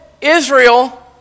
Israel